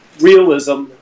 realism